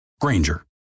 Granger